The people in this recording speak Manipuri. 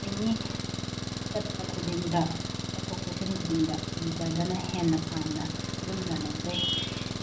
ꯑꯦꯅꯤ ꯆꯠꯄ ꯈꯨꯗꯤꯡꯗ ꯆꯠꯊꯣꯛ ꯆꯠꯁꯤꯟ ꯈꯨꯗꯤꯡꯗ ꯋꯤꯟꯇꯔꯗꯅ ꯍꯦꯟꯅ ꯄꯥꯝꯅ ꯂꯨꯝꯅ ꯂꯧꯖꯩ